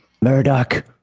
Murdoch